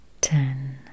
ten